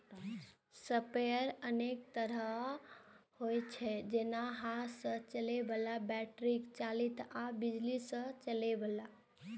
sprayer अनेक तरहक होइ छै, जेना हाथ सं चलबै बला, बैटरी चालित आ बिजली सं चलै बला